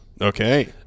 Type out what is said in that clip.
Okay